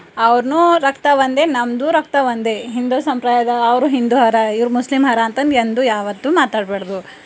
ಅವ್ರು ರಕ್ತ ಒಂದೇ ನಮ್ಮದು ರಕ್ತ ಒಂದೇ ಹಿಂದೂ ಸಂಪ್ರದಾಯ ಅವರು ಹಿಂದು ಹರ ಇವ್ರು ಮುಸ್ಲಿಮ್ ಹರ ಅಂತಂದು ಎಂದು ಯಾವತ್ತೂ ಮಾತಾಡಬ್ಯಾಡ್ದು